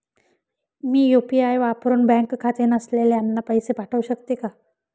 मी UPI वापरुन bank खाते नसलेल्यांना पैसे पाठवू शकते का?